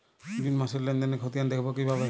June মাসের লেনদেনের খতিয়ান দেখবো কিভাবে?